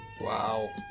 Wow